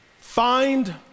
find